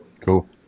Cool